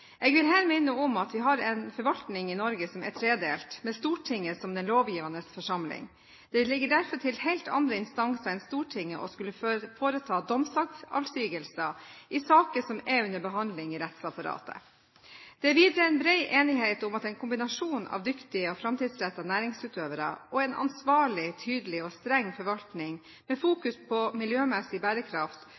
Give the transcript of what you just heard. Jeg vil her minne om at vi har en forvaltning i Norge som er tredelt, med Stortinget som den lovgivende forsamling. Det ligger derfor til helt andre instanser enn Stortinget å skulle foreta domsavsigelse i saker som er under behandling i rettsapparatet. Det er videre bred enighet om at en kombinasjon av dyktige og framtidsrettede næringsutøvere og en ansvarlig, tydelig og streng forvaltning med fokus på miljømessig bærekraft